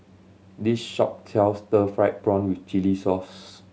this shop sells stir fried prawn with chili sauce